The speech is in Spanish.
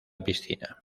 piscina